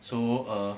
so err